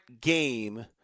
game